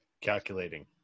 Calculating